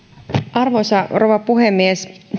arvoisa rouva puhemies